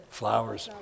flowers